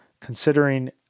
considering